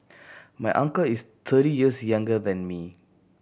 my uncle is thirty years younger than me